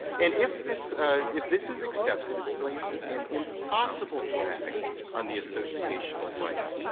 and if this if this is accepted, it places an impossible drag on the associational rights.